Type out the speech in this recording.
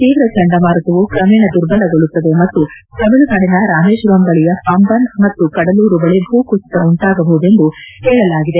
ತೀವ್ರ ಚಂಡಮಾರುತವು ಕ್ರಮೇಣ ದುರ್ಬಲಗೊಳ್ಳುತ್ತದೆ ಮತ್ತು ತಮಿಳುನಾಡಿನ ರಾಮೇಶ್ವರಂ ಬಳಿಯ ಪಂಬನ್ ಮತ್ತು ಕಡಲೂರು ಬಳಿ ಭೂಕುಸಿತ ಉಂಟಾಗಬಹುದೆಂದು ಹೇಳಲಾಗಿದೆ